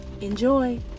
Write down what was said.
Enjoy